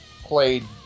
played